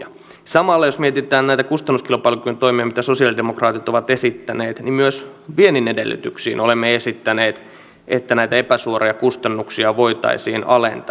samalla jos mietitään näitä kustannuskilpailukyvyn toimia mitä sosialidemokraatit ovat esittäneet niin myös viennin edellytyksiin liittyen olemme esittäneet että näitä epäsuoria kustannuksia voitaisiin alentaa